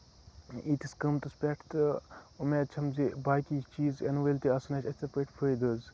ییٖتِس قۭمتس پٮ۪ٹھ تہٕ اُمید چھم زِ باقٕے چیٖز یِنہٕ وٲلی تہِ آسن اَسہِ یِتھٕے پٲٹھۍ فٲیدٕ حظ